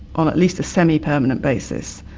on at least a semi-permanent basis,